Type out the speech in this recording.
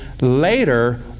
later